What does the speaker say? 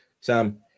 Sam